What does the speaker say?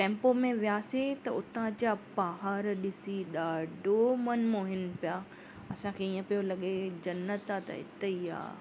tempo में वियासीं त उतां जा पहाड़ ॾिसी ॾाढो मनमोहिन पिया असांखे ईअं पियो लॻे जनत आहे त इते ई आहे